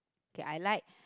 okay I like